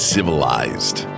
Civilized